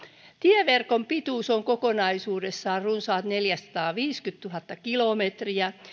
tieverkon pituus on kokonaisuudessaan runsaat neljäsataaviisikymmentätuhatta kilometriä